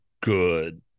good